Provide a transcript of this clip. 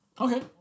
okay